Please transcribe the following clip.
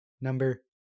number